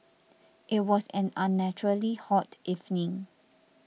it was an unnaturally hot evening